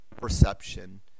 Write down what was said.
perception